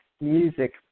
music